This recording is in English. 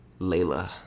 Layla